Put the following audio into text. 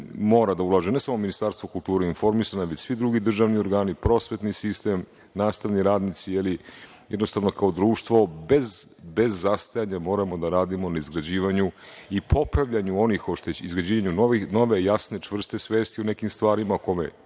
mora da ulaže, ne samo Ministarstvo kulture i informisanja, već svi drugi državni organi, prosvetni sistem, nastavni radnici, jednostavno kao društvo bez zastajanja moramo da radimo na izgrađivanju nove, jasne, čvrste svesti o nekim stvarima